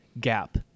gap